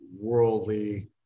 worldly